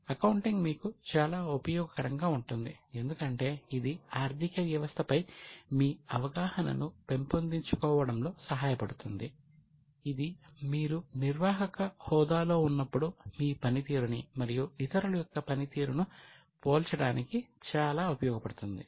కాబట్టి అకౌంటింగ్ మీకు చాలా ఉపయోగకరంగా ఉంటుంది ఎందుకంటే ఇది ఆర్ధికవ్యవస్థపై మీ అవగాహనను పెంపొందించుకోవడంలో సహాయపడుతుందిఇది మీరు నిర్వాహక హోదా లో ఉన్నప్పుడు మీ పనితీరుని మరియు ఇతరుల యొక్క పనితీరును పోల్చడానికి చాలా ఉపయోగపడుతుంది